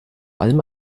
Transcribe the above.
allem